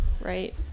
Right